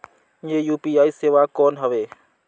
ये यू.पी.आई सेवा कौन हवे?